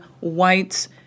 whites